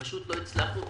לא הצלחנו.